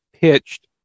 pitched